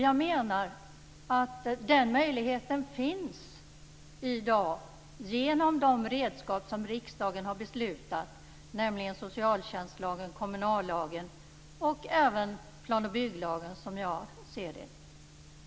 Jag menar att den möjligheten finns i dag genom de redskap som riksdagen har beslutat om, nämligen socialtjänstlagen, kommunallagen och även plan och bygglagen som jag ser det.